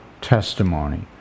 testimony